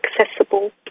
accessible